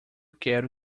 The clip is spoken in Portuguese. quero